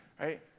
right